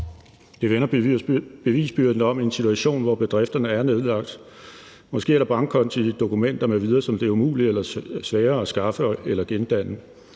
Det vender bevisbyrden om, i en situation hvor bedrifterne er nedlagt. Måske er der dokumenter m.v., som det er umuligt eller svært at skaffe eller gendanne.